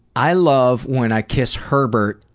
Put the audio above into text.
i love when i kiss herbert,